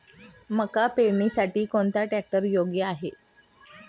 मका पेरणीसाठी कोणता ट्रॅक्टर योग्य आहे?